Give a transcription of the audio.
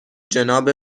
جناب